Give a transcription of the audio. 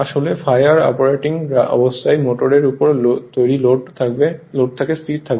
আসলে ∅r operating অবস্থার মোটরের উপর তৈরি লোড থেকে স্থির থাকবে